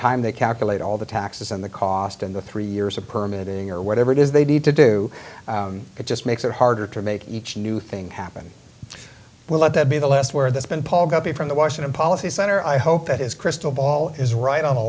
time they calculate all the taxes and the cost in the three years of permit in your whatever it is they need to do it just makes it harder to make each new thing happen we'll let that be the last word that's been paul guppy from the washington policy center i hope that is crystal ball is right on a